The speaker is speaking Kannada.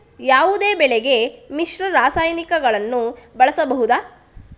ಯಾವುದೇ ಬೆಳೆಗೆ ಮಿಶ್ರ ರಾಸಾಯನಿಕಗಳನ್ನು ಬಳಸಬಹುದಾ?